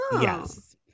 Yes